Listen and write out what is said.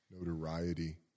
notoriety